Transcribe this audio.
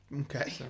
Okay